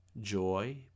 joy